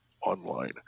online